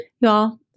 y'all